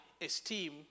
esteem